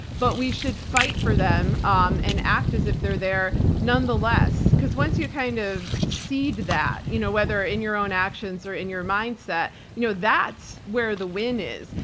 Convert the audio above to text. but we should fight for them um and act as if they're there nonetheless. once you kind of seed that, you know whether in your own actions or in your mindset, you know that's where the win is.